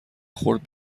خرد